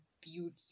beauty